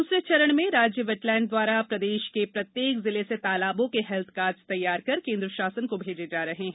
दूसरे चरण में राज्य वेटलैण्ड द्वारा प्रदेश के प्रत्येक जिले से तालाबों के हेल्थ कार्ड्स तैयार कर केन्द्र शासन को भेजे जा रहे हैं